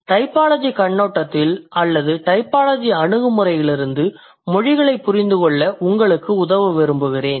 typology கண்ணோட்டத்தில் அல்லது typology அணுகுமுறையிலிருந்து மொழிகளைப் புரிந்துகொள்ள உங்களுக்கு உதவ விரும்புகிறேன்